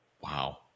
Wow